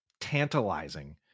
tantalizing